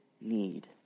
need